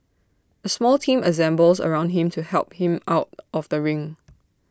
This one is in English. A small team assembles around him to help him out of the ring